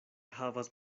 havas